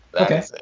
Okay